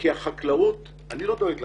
אני לא דואג לחקלאים,